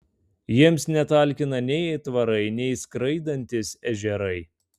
jiems netalkina nei aitvarai nei skraidantys ežerai